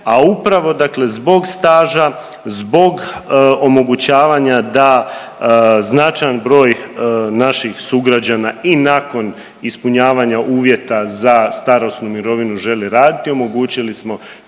a upravo dakle zbog staža, zbog omogućavanja da značajan broj naših sugrađana i nakon ispunjavanja uvjeta za starosnu mirovinu žele raditi omogućili smo